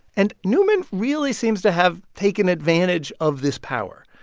and neumann really seems to have taken advantage of this power.